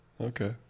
Okay